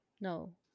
No